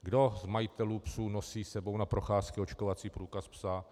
Kdo z majitelů psů nosí s sebou na procházky očkovací průkaz psa?